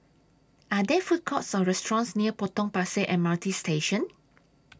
Are There Food Courts Or restaurants near Potong Pasir M R T Station